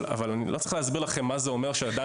אבל אני לא צריך להסביר לכם מה זה אומר כשלאדם